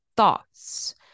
Thoughts